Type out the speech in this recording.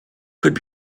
could